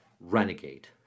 renegade